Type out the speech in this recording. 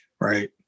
Right